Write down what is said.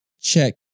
check